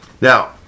Now